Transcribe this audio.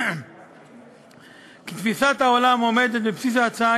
עולה כי תפיסת העולם העומדת בבסיס ההצעה